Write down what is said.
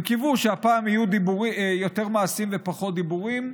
הם קיוו שהפעם יהיו יותר מעשים ופחות דיבורים,